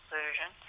version